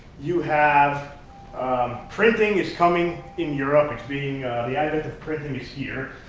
you have printing is coming in europe. it's being the advent of printing is here,